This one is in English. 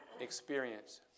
experience